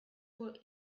will